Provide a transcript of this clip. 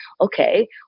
okay